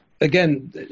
Again